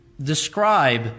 describe